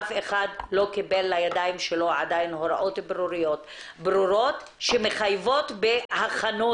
אף אחד לא קיבל לידיים שלו עדיין הוראות ברורות שמחייבות בהכנות